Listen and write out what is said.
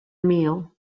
meal